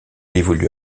évolue